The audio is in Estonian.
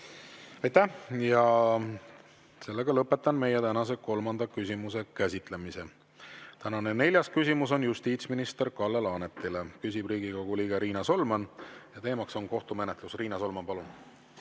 Aitäh! Lõpetan meie tänase kolmanda küsimuse käsitlemise. Tänane neljas küsimus on justiitsminister Kalle Laanetile, küsib Riigikogu liige Riina Solman ja teema on kohtumenetlus. Riina Solman, palun!